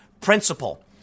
principle